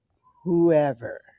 whoever